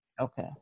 Okay